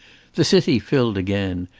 the city filled again.